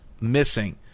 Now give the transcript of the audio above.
missing